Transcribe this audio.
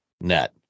net